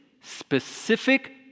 specific